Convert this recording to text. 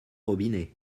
robinet